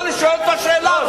אני שואל אותו שאלה.